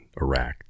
Iraq